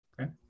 Okay